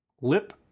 lip